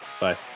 bye